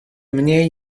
mniej